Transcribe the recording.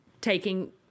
taking